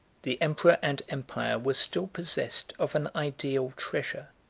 the emperor and empire were still possessed of an ideal treasure,